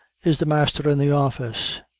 is the master in the office?